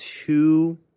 Two